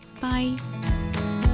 Bye